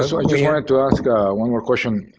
so i just wanted to ask one more question,